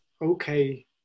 okay